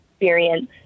experience